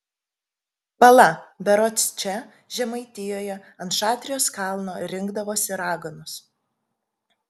pala berods čia žemaitijoje ant šatrijos kalno rinkdavosi raganos